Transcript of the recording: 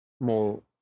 more